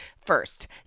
first